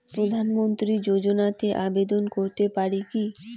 প্রধানমন্ত্রী যোজনাতে আবেদন করতে পারি কি?